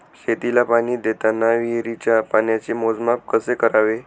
शेतीला पाणी देताना विहिरीच्या पाण्याचे मोजमाप कसे करावे?